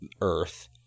earth